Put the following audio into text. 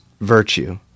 virtue